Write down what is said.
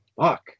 Fuck